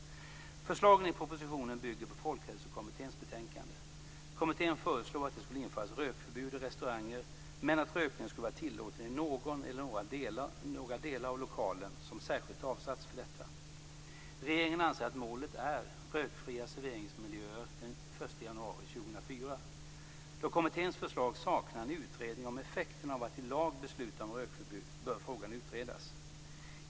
Förslagen i propositionen bygger på Folkhälsokommitténs betänkande. Kommittén föreslog att det skulle införas rökförbud i restauranger men att rökning skulle vara tillåten i någon eller några delar av lokalen som särskilt avsatts för detta. Regeringen anser att målet är rökfria serveringsmiljöer den 1 januari 2004. Då kommitténs förlag saknar en utredning om effekterna av att i lag besluta om rökförbud bör frågan utredas.